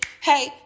Hey